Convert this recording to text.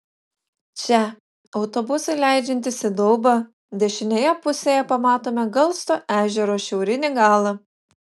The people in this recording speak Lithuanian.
čia autobusui leidžiantis į daubą dešinėje pusėje pamatome galsto ežero šiaurinį galą